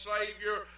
Savior